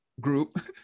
group